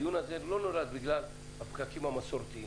הדיון הזה לא נולד בגלל הפקקים המסורתיים.